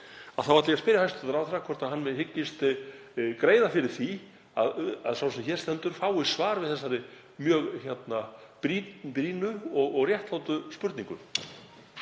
ætla ég að spyrja hæstv. ráðherra hvort hann hyggist greiða fyrir því að sá sem hér stendur fái svar við þessari mjög brýnu og réttlátu spurningu.